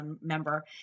member